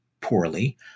poorly